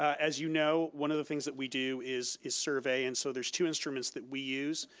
as you know one of the things that we do is is survey and so there's two instruments that we use.